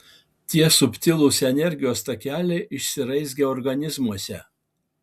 tie subtilūs energijos takeliai išsiraizgę organizmuose